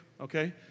okay